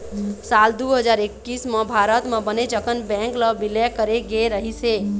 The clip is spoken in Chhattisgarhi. साल दू हजार एक्कइस म भारत म बनेच अकन बेंक ल बिलय करे गे रहिस हे